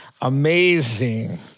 amazing